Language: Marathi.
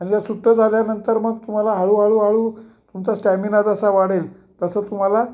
आणि या सुट्टं झाल्यानंतर मग तुम्हाला हळू हळू हळू तुमचा स्टॅमिना जसा वाढेल तसं तुम्हाला